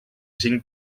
cinc